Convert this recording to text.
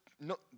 no